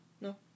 No